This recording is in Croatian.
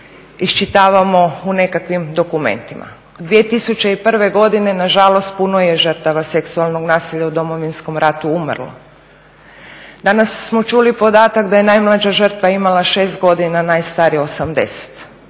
iščitavamo u nekakvim dokumentima. 2001. godine nažalost puno je žrtava seksualnog nasilja u Domovinskom ratu umrlo. Danas smo čuli podatak da je najmlađa žrtva imala 6 godina, najstarija 80.